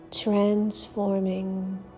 transforming